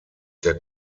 der